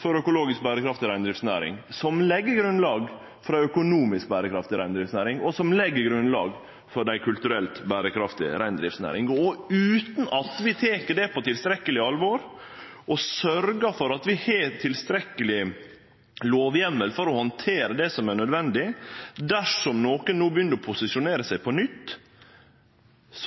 for ei økologisk berekraftig reindriftsnæring, som legg grunnlag for ei økonomisk berekraftig reindriftsnæring, og som legg grunnlag for ei kulturelt berekraftig reindriftsnæring. Utan at vi tek det på tilstrekkeleg alvor, og sørgjer for at vi har tilstrekkeleg lovheimel for å handtere det som er nødvendig, dersom nokon no begynner å posisjonere seg på nytt,